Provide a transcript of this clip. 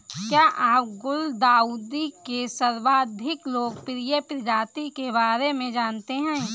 क्या आप गुलदाउदी के सर्वाधिक लोकप्रिय प्रजाति के बारे में जानते हैं?